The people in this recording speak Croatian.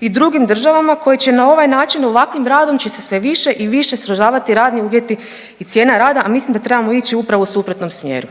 i drugim državama koji će na ovaj način ovakvim radom će se sve više i više srožavati radni uvjeti i cijena rada, a mislim da trebamo ići upravo u suprotnom smjeru.